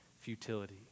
futility